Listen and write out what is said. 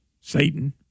Satan